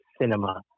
cinema